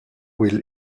will